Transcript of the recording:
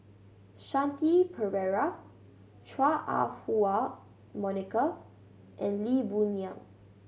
Shanti Pereira Chua Ah Huwa Monica and Lee Boon Yang